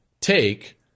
take